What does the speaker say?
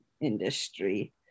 industry